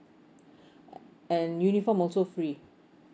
and uniform also free